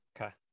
Okay